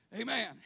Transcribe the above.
Amen